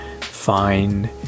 fine